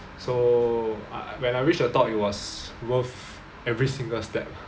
so uh when I reached the top it was worth every single step